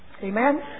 Amen